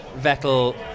Vettel